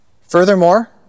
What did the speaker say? Furthermore